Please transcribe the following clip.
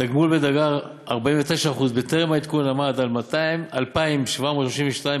תגמול בדרגה 49% בטרם העדכון עמד על 2,732 שקלים,